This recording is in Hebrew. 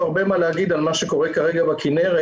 הרבה מה להגיד על מה שקורה כרגע בכנרת,